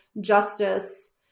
justice